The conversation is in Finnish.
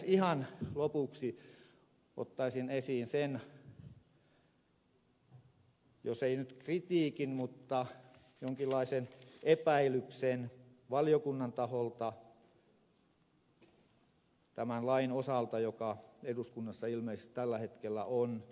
ihan lopuksi ottaisin esiin sen jos ei nyt kritiikin mutta jonkinlaisen epäilyksen valiokunnan taholta tämän lain osalta joka eduskunnassa ilmeisesti tällä hetkellä on